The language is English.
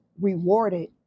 rewarded